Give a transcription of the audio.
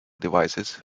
devices